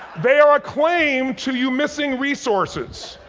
they are a claim to you missing resources,